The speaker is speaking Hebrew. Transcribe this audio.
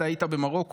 אתה היית במרוקו,